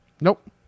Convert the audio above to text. nope